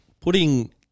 putting